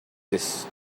this